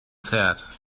said